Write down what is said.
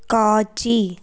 காட்சி